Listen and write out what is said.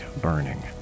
burning